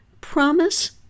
Promise